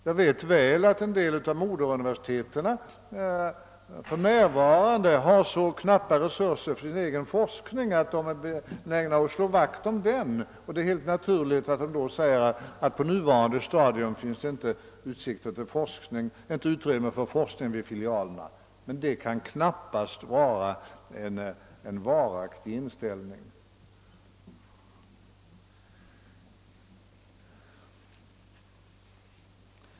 Jag vet mycket väl att en del av moderuniversiteten för närvarande har så knappa resurser för sin egen forskning att de är benägna att slå vakt om den, och det är helt naturligt att de då säger att det på nuvarande stadium inte finns utrymme för forskning vid filialerna. Detta kan emellertid knappast förbli en varaktig inställning.